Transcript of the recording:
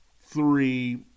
three